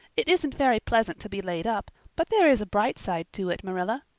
it isn't very pleasant to be laid up but there is a bright side to it, marilla.